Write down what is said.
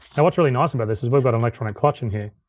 now what's really nice about this is we've got electronic clutch in here.